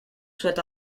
soient